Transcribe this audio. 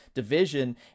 division